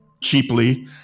cheaply